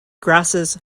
grasses